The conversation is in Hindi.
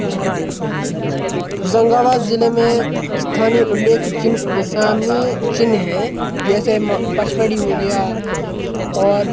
दोहराने होशंगाबाद ज़िले में स्थानीय उल्लेख चिन्ह इसानी चिन्ह है जैसे मा पचमढ़ी हो गया और